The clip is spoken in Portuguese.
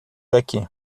aqui